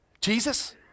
Jesus